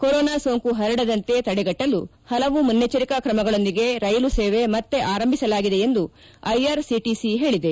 corona ಸೋಂಕು ಪರಡದಂತೆ ತಡೆಗಟ್ಟಲು ಪಲವು ಮುನ್ನೆಜ್ಜರಿಕಾ ತ್ರಮಗಳೊಂದಿಗೆ ರೈಲು ಸೇವೆ ಮತ್ತೆ ಆರಂಭಿಸಲಾಗಿದೆ ಎಂದು ಐಆರ್ಸಿಟಿಸಿ ಹೇಳಿದೆ